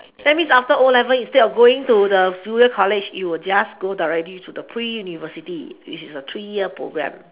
that means after o-levels instead of going to the junior college you will just go directly in the pre university which is a three year programme